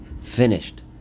finished